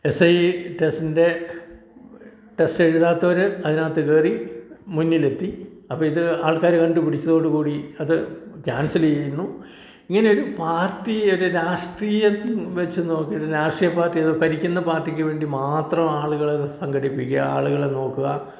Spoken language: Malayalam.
എസ് ഐ ടെസ്റ്റിൻ്റെ ടെസ്റ്റ് എഴുതാത്തവർ അതിനകത്ത് കയറി മുന്നിലെത്തി അപ്പോൾ ഇത് ആൾക്കാർ കണ്ട് പിടിച്ചതോടുകൂടി അത് ക്യാൻസൽ ചെയ്യുന്നു ഇങ്ങനെ ഒരു പാർട്ടി ഒരു രാഷ്ട്രീയം വെച്ച് നോക്കിയത് രാഷ്ട്രീയ പാർട്ടി അത് ഭരിക്കുന്ന പാർട്ടിക്ക് വേണ്ടി മാത്രം ആളുകളെ സംഘടിപ്പിക്കുക ആളുകളെ നോക്കുക